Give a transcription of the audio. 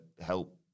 help